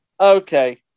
Okay